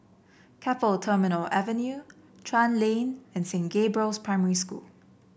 Keppel Terminal Avenue Chuan Lane and Saint Gabriel's Primary School